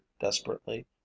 desperately